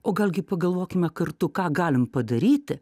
o galgi pagalvokime kartu ką galim padaryti